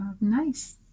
Nice